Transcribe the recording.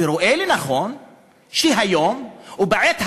רואה לנכון היום, בעת הזו,